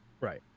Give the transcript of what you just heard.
Right